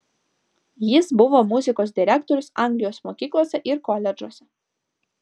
jis buvo muzikos direktorius anglijos mokyklose ir koledžuose